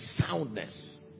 soundness